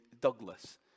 Douglas